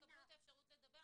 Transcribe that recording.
אתם תקבלו את האפשרות לדבר,